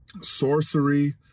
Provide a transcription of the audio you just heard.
sorcery